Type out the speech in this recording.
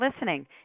listening